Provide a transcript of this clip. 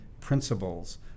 principles